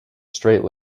straight